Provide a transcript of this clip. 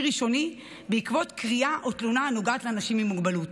ראשוני בעקבות קריאה או תלונה הנוגעת לאנשים עם מוגבלות.